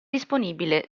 disponibile